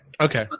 okay